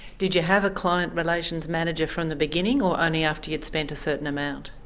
did you have a client relations manager from the beginning or only after you'd spent a certain amount?